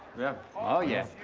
yeah oh yeah,